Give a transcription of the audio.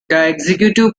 executive